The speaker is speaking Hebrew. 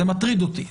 זה מטריד אותי.